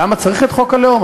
למה צריך את חוק הלאום?